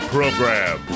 Program